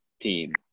team